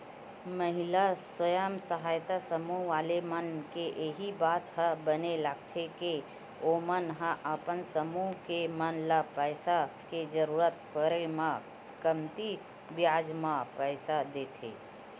महिला स्व सहायता समूह वाले मन के इही बात ह बने लगथे के ओमन ह अपन समूह के मन ल पइसा के जरुरत पड़े म कमती बियाज म पइसा देथे